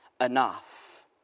enough